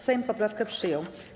Sejm poprawkę przyjął.